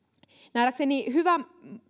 nähdäkseni hyvä